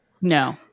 No